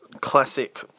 classic